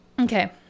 Okay